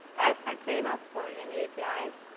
as for kml support in the apis,